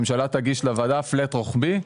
כך הממשלה תגיש לוועדה flat רוחבי.